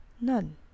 None